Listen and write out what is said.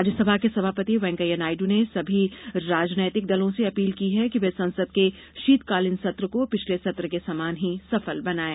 राज्यसभा के सभापति वेंकैया नायडू ने भी सभी राजनीतिक दलों से अपील की कि वे संसद के शीतकालीन सत्र को पिछले सत्र के समान ही सफल बनाएं